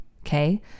Okay